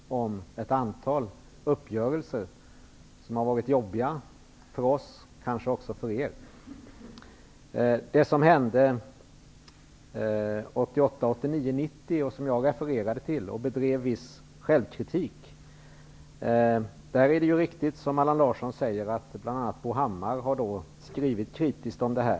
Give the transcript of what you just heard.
Fru talman! Allan Larsson säger att vi alltid kommer för sent. Jag vill först påminna om att mitt parti faktiskt har varit med om ett antal uppgörelser, som har varit jobbiga för oss och kanske också för er. Jag refererade till det som hände åren 1988--90 och bedrev då en viss självkritik. Det är riktigt som Allan Larsson säger, att bl.a. Bo Hammar har skrivit kritiskt om det.